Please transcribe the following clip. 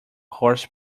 horse